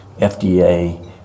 FDA